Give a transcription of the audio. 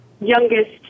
youngest